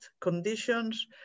conditions